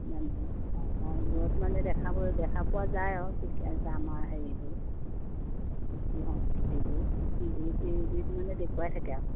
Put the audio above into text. মানে অঁ এইবোৰত মানে দেখা দেখা পোৱা যায় আমাৰ হেৰিবোৰ কৃষ্টি সংস্কৃতিবোৰ টিভি চিভিত মানে দেখুৱাই থাকে আৰু